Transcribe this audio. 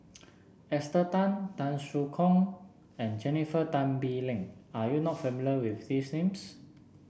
Esther Tan Tan Soo Khoon and Jennifer Tan Bee Leng are you not familiar with these names